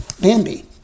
Bambi